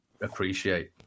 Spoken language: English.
appreciate